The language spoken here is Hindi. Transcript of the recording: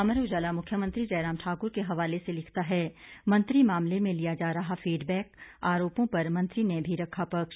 अमर उजाला मुख्यमंत्री जयराम ठाकुर के हवाले से लिखता है मंत्री मामले में लिया जा रहा फीड बैक ओरोपों पर मंत्री ने भी रखा पक्ष